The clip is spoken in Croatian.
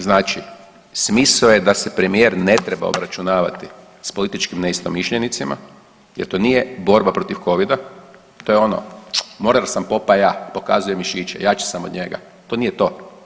Znači smisao je da se premijer ne treba obračunavati s političkim neistomišljenicima jer to nije borba protiv Covida to je ono mornar sam Popaj ja, pokazujem mišiće, jači sam od njega, to nije to.